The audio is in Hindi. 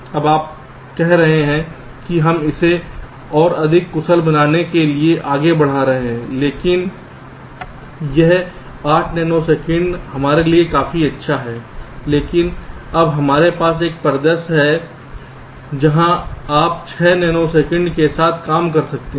अब आप कह रहे हैं कि हम इसे और अधिक कुशल बनाने के लिए आगे बढ़ रहे हैं लेकिन यह 8 नैनो सेकंड हमारे लिए काफी अच्छा है लेकिन अब हमारे पास एक परिदृश्य है जहां आप 6 नैनो सेकंड के साथ काम कर सकते हैं